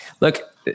Look